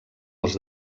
els